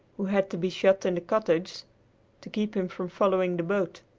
who had to be shut in the cottage to keep him from following the boat,